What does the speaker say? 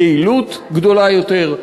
יעילות גדולה יותר,